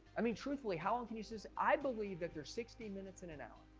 i mean truthfully how long he says i believe that there's sixty minutes in an hour.